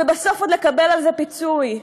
ובסוף עוד לקבל על זה פיצוי.